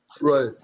Right